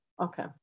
Okay